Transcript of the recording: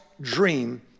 dream